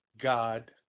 God